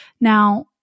Now